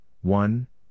one